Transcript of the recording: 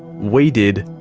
we did,